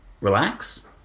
relax